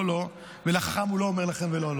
לו" ולחכם הוא לא אומר "לכם ולא לו"?